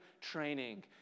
training